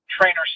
trainers